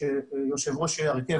וזה מנוגד לכל כללי אתיקה וכללים של האנושות